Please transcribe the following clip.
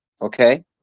okay